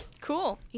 Cool